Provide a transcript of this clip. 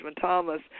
Thomas